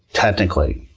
technically.